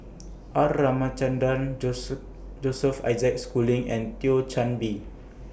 R Ramachandran Joseph Isaac Schooling and Thio Chan Bee